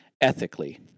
ethically